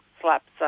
slaps